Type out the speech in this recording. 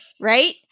right